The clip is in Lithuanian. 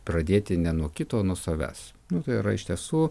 pradėti ne nuo kito o nuo savęs nu tai yra iš tiesų